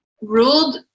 ruled